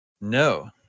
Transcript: No